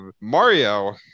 Mario